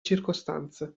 circostanze